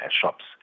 shops